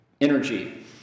energy